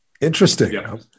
Interesting